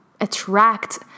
attract